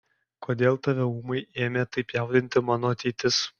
kodėl tave ūmai ėmė taip jaudinti mano ateitis